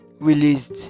released